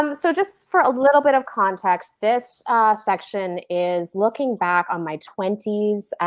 um so just for a little bit of context, this section is looking back on my twenty s.